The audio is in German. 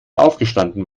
aufgestanden